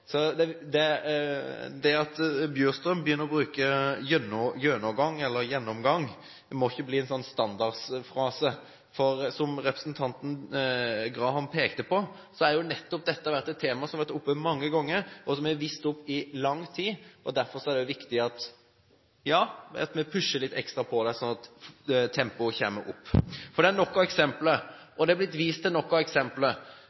så når Bjurstrøm begynner å bruke ordet gjennomgang, må det ikke bli en standardfrase. Som representanten Graham pekte på, er dette et tema som har vært oppe mange ganger, et tema som vi har visst om i lang tid. Derfor er det også viktig at vi pusher litt ekstra på, slik at tempoet øker. For det er nok av eksempler, det er vist til nok av eksempler